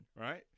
right